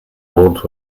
vault